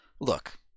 look